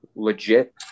legit